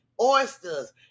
Oysters